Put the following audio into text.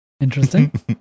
Interesting